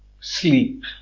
Sleep